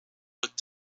looked